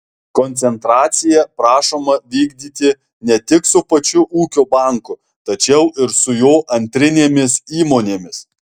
koncentracija prašoma vykdyti ne tik su pačiu ūkio banku tačiau ir su jo antrinėmis įmonėmis